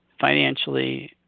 financially